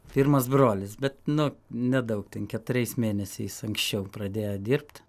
pirmas brolis bet nu nedaug ten keturiais mėnesiais anksčiau pradėjo dirbt